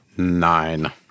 nine